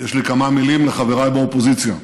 יש לי כמה מילים לחבריי באופוזיציה.